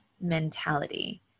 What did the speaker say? mentality